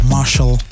Marshall